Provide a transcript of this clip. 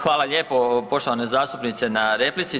Hvala lijepo poštovana zastupnice na replici.